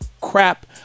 crap